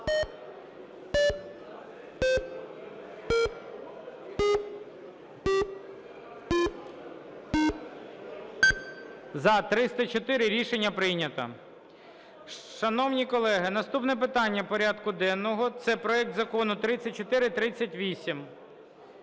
За-304 Рішення прийнято. Шановні колеги, наступне питання порядку денного – це проект Закону 3438.